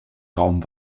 raum